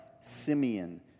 Simeon